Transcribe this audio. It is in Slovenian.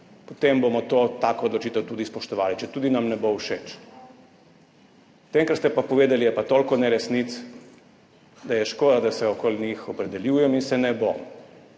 potem bomo tako odločitev tudi spoštovali, četudi nam ne bo všeč. V tem, kar ste pa povedali, je pa toliko neresnic, da je škoda, da se do njih opredeljujem, in se ne bom,